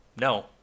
no